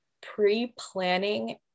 pre-planning